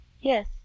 Yes